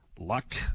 luck